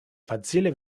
facile